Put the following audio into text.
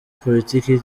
politiki